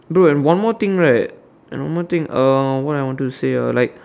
bro and one more thing right one more thing uh what I wanted to say ah like